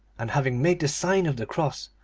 and having made the sign of the cross,